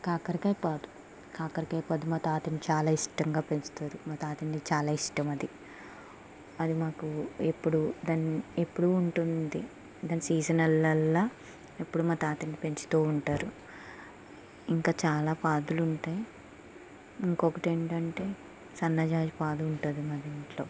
కాకరకాయ పాదు కాకరకాయ పాదు మా తాతయ్యకి చాలా ఇష్టంగా పెంచుతారు మా తాతయ్యకి చాలా ఇష్టం అది అది మాకు ఎప్పుడూ దాన్ని ఎప్పుడు ఉంటుంది దాని సీజనల్లల్లా ఎప్పుడు మా తాతయ్య పెంచుతూ ఉంటారు ఇంకా చాలా పాదులు ఉంటాయి ఇంకొకటి ఏంటంటే సన్నజాజి పాదు ఉంటుంది మా ఇంట్లో